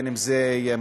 גם אם זה מועצה,